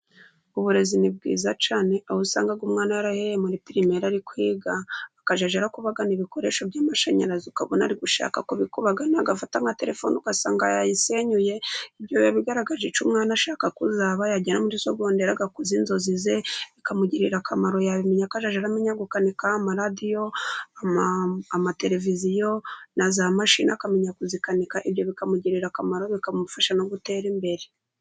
Uburezi ni bwiza cyane aho usanga umwana yara ahereye muri pirimera ari kwiga, akazajya arakuba gana ibikoresho by'amashanyarazi ukabona ari gushaka kubikubagana agafata nka terefone ugasanga yayisenyuye, ibyo biba bigaragaje icyo umwana ashaka kuzaba, yagera muri sogondere agakuza inzozi ze bikamugirira akamaro, yabimenya akazajya aramenya gukanika amaradiyo, amatereviziyo naza mashini akamenya kuzikanika, ibyo bikamugirira akamaro bikamufasha no gutera imbere.